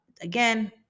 again